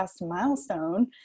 milestone